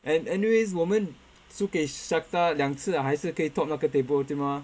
and anyways 我们输给 Shakhtar 两次了还是可以 top 那个 table 对吗